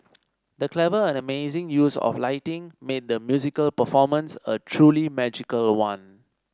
the clever and amazing use of lighting made the musical performance a truly magical one